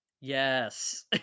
Yes